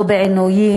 או בעינויים,